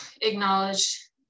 acknowledge